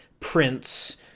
prince